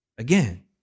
Again